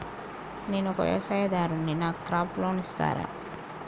నేను ఒక వ్యవసాయదారుడిని నాకు క్రాప్ లోన్ ఇస్తారా?